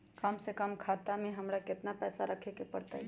कम से कम खाता में हमरा कितना पैसा रखे के परतई?